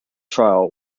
trial